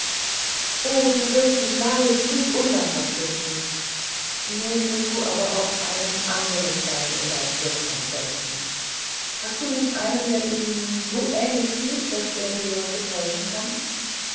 o du wirst mich wahrlich nicht undankbar finden nun mußt du aber auch einen anderen stein in dein stirnband setzen hast du nicht einen der ihm so ähnlich sieht daß er die leute täuschen kann